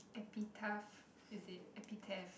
a bit tough is it test